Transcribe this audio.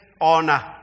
honor